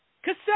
Cassette